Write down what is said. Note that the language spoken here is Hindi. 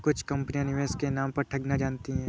कुछ कंपनियां निवेश के नाम पर ठगना जानती हैं